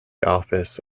office